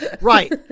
Right